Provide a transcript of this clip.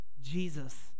Jesus